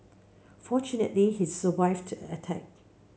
fortunately he survived the attack